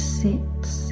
sits